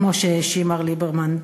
כמו שהאשים מר ליברמן,